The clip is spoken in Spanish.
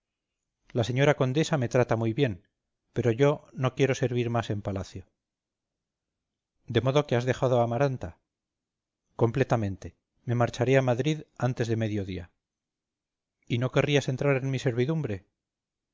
la señora condesa me trata muy bien pero yo no quiero servir más en palacio de modo que has dejado a amaranta completamente me marcharé a madrid antes de medio día y no querrías entrar en mi servidumbre